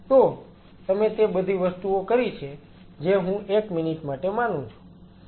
તો તમે તે બધી વસ્તુઓ કરી છે જે હું એક મિનિટ માટે માનું છું